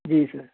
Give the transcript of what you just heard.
جی سر